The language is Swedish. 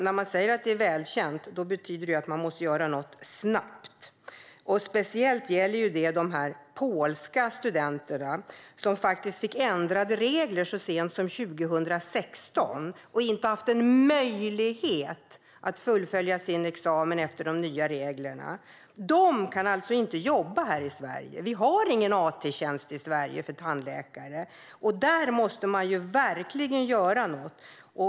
När man säger att det är välkänt betyder det att man måste göra något snabbt. Speciellt gäller det de polska studenterna som fick ändrade regler så sent som 2016 och inte har haft en möjlighet att fullfölja sin examen efter att de nya reglerna kom. De kan alltså inte jobba här i Sverige. Vi har ingen AT-tjänst i Sverige för tandläkare. Där måste man verkligen göra något.